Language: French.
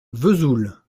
vesoul